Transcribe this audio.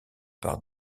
par